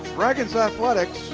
dragons athletics,